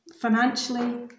financially